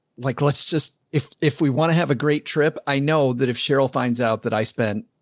like, let's just, if, if we want to have a great trip, i know that if cheryl finds out that i spent.